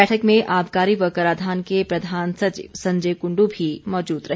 बैठक में आबकारी व कराधान के प्रधान सचिव संजय कुंडू भी मौजूद रहे